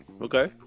okay